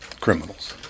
criminals